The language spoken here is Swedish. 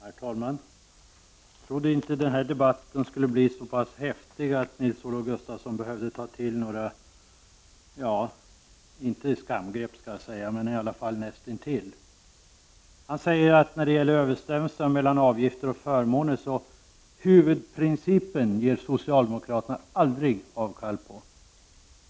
Herr talman! Jag trodde inte att den här debatten skulle bli så pass häftig att Nils-Olof Gustafsson behövde ta till ord som skamgrepp, eller i varje fall näst intill. Han säger när det gäller överensstämmelsen mellan avgifter och förmåner att socialdemokraterna aldrig ger avkall på huvudprincipen.